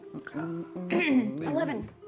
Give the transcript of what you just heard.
Eleven